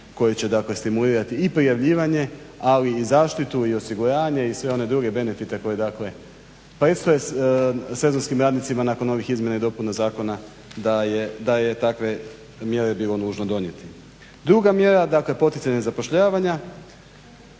dakle stimulirati i prijavljivanje, ali i zaštitu i osiguranje i sve one druge benefite koji dakle predstoje sezonskim radnicima nakon ovih izmjena i dopuna zakona da je takve mjere bilo nužno donijeti. Druga mjera, dakle poticanje zapošljavanja.